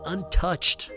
Untouched